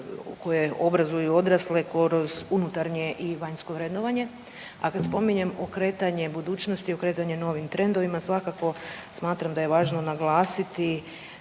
koje obrazuju odrasle kroz unutarnje i vanjsko vrednovanje. A kad spominjem okretanje budućnosti, okretanje novim trendovima svakako smatram da je važno naglasiti